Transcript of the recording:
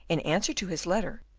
in answer to his letter,